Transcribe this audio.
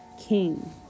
king